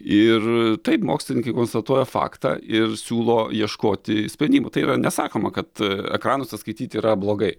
ir taip mokslininkai konstatuoja faktą ir siūlo ieškoti sprendimų tai yra nesakoma kad ekranuose skaityti yra blogai